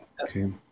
Okay